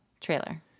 trailer